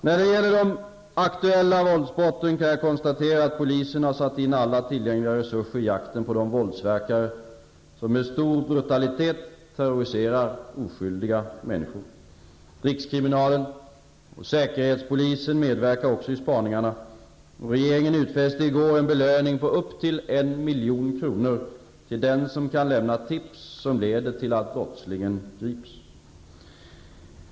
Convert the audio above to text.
När det gäller de aktuella våldsbrotten kan jag konstatera att polisen har satt in alla tillgängliga resurser i jakten på de våldsverkare som med stor brutalitet terroriserar oskyldiga människor. Rikskriminalen och säkerhetspolisen medverkar också i spaningarna, och regeringen utfäste i går en belöning på upp till en miljon kronor till den som kan lämna tips som leder till att brottslingarna grips.